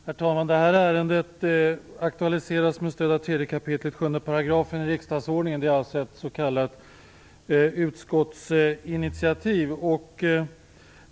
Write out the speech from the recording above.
Herr talman! Detta ärende aktualiseras med stöd av 3 kap. 7 § riksdagsordningen. Det är alltså ett s.k. utskottsinitiativ.